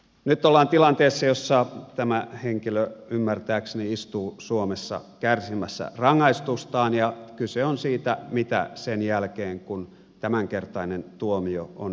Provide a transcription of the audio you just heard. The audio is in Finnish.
nyt ollaan tilanteessa jossa tämä henkilö ymmärtääkseni istuu suomessa kärsimässä rangaistustaan ja kyse on siitä mitä sen jälkeen kun tämänkertainen tuomio on istuttu